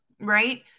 right